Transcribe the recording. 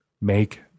make